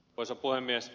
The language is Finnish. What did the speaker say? arvoisa puhemies